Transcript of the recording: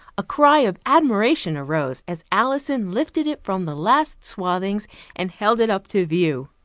a cry of admiration arose as alison lifted it from the last swathings and held it up to view.